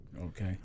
Okay